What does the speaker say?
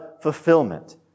fulfillment